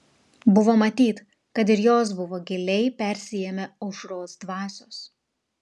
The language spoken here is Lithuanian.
buvo matyt kad ir jos buvo giliai persiėmę aušros dvasios